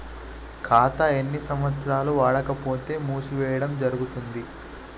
ఖాతా ఎన్ని సంవత్సరాలు వాడకపోతే మూసివేయడం జరుగుతుంది?